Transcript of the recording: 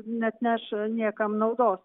neatneš niekam naudos